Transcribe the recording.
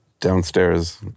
Downstairs